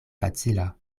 facila